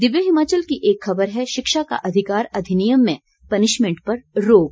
दिव्य हिमाचल की एक खबर है शिक्षा का अधिकार अधिनियम में पनिशमेंट पर रोक